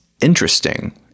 interesting